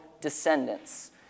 descendants